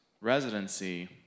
residency